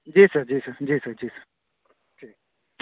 جی sir جی sir جی sir جی سر ٹھیک